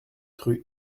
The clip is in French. rue